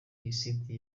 lisiti